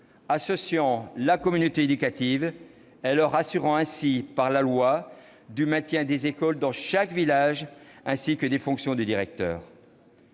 associant la communauté éducative et en les assurant par la loi du maintien des écoles dans chaque village ainsi que des fonctions de directeur.